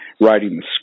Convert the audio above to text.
writing